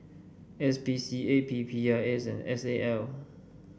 S P C A P P I S and S A L